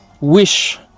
wish